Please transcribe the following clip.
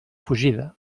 fugida